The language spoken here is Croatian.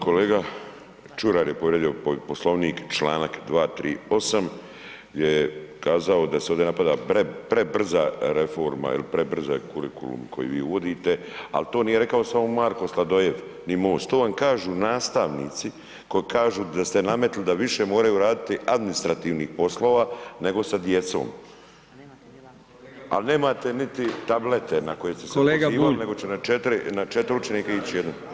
Kolega Ćuraj je povrijedio Poslovnik, članak 238., gdje je kazao da se ovdje napada prebrza reforma ili prebrzi kurikulum koji vi uvodite, al' to nije rekao samo Marko Sladoljev, ni MOST, to vam kažu nastavnici koji kažu da ste nametnuli da više moraju raditi administrativnih poslova nego sa djecom, al' nemate niti tablete na koje ste se pozivali, nego će na četiri, na četiri učenika ić' jedno.